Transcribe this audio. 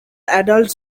adult